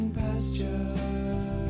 pasture